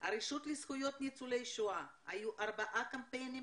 הרשות לזכויות ניצולי השואה, היו ארבעה קמפיינים,